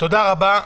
תודה רבה.